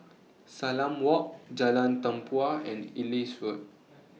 Salam Walk Jalan Tempua and Ellis Road